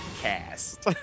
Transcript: cast